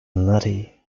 nutty